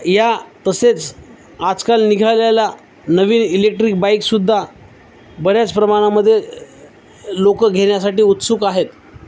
या तसेच आजकाल निघाल्याला नवीन इलेक्ट्रिक बाईकसुद्धा बऱ्याच प्रमाणामध्ये लोकं घेण्यासाठी उत्सुक आहेत